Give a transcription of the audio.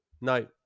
No